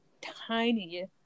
tiny